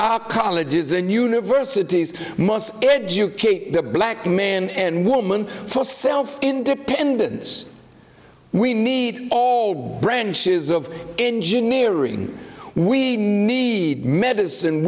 our colleges and universities must educate the black man and woman for self independence we need all branches of engineering we need medicine